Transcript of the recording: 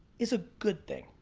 is a good thing.